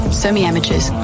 semi-amateurs